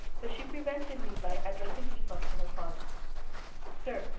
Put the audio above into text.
but she prevented me by addressing herself to her father sir,